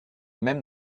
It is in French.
même